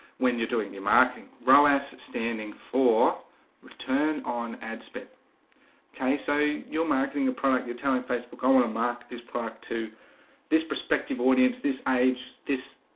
when you're doing your marking row s standing for return on adspend okay, so you're marketing a product you're telling facebook. i want to mark this park to this prospective audience this age this